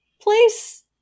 place